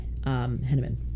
Henneman